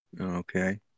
Okay